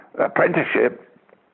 apprenticeship